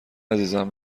عزیزم